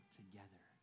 together